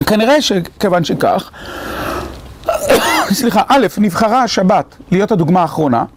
כנראה שכיוון שכך, סליחה, א', נבחרה השבת להיות הדוגמה האחרונה.